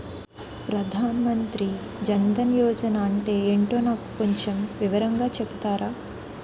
ప్రధాన్ మంత్రి జన్ దన్ యోజన అంటే ఏంటో నాకు కొంచెం వివరంగా చెపుతారా?